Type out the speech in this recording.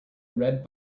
red